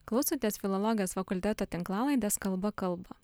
klausotės filologijos fakulteto tinklalaidės kalba kalba